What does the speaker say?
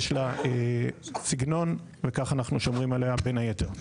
יש לה סגנון וכך אנחנו שומרים עליה בין היתר.